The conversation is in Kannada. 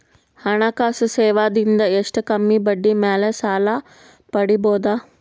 ಹಣಕಾಸು ಸೇವಾ ದಿಂದ ಎಷ್ಟ ಕಮ್ಮಿಬಡ್ಡಿ ಮೇಲ್ ಸಾಲ ಪಡಿಬೋದ?